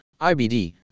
IBD